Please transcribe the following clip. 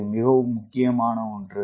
இது மிகவும் முக்கியமான ஒன்று